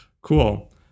Cool